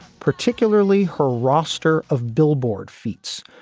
particularly her roster of billboard feats,